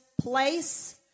place